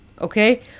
okay